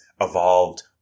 evolved